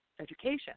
education